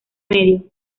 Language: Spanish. medio